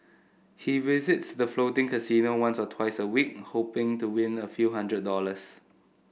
he visits the floating casino once or twice a week hoping to win a few hundred dollars